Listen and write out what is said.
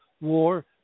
War